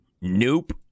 Nope